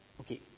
Okay